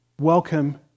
welcome